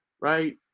right